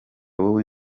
wowe